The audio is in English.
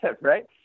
right